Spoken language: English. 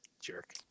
Jerk